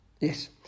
Yes